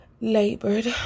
Labored